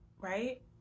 Right